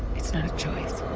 it's not a choice.